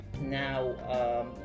now